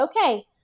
okay